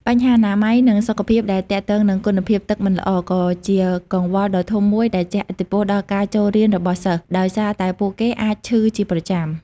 បញ្ហាអនាម័យ និងសុខភាពដែលទាក់ទងនឹងគុណភាពទឹកមិនល្អ ក៏ជាកង្វល់ដ៏ធំមួយដែលជះឥទ្ធិពលដល់ការចូលរៀនរបស់សិស្ស ដោយសារតែពួកគេអាចឈឺជាប្រចាំ។